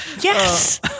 Yes